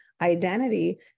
identity